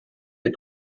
est